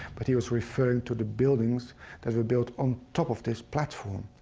but he was referring to the buildings that were built on top of this platform.